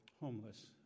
homeless